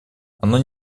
оно